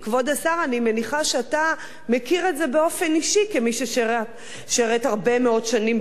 אני מניחה שאתה מכיר את זה באופן אישי כמי ששירת הרבה מאוד שנים בצה"ל.